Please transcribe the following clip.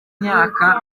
myaka